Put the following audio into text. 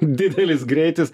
didelis greitis